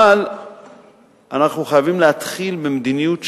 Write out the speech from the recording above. אנחנו חייבים להתחיל ממדיניות שונה,